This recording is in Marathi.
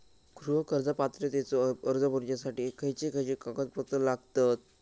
गृह कर्ज पात्रतेचो अर्ज भरुच्यासाठी खयचे खयचे कागदपत्र लागतत?